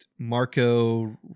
Marco